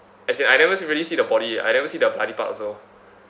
as in I never see really see the body I never see the bloody part also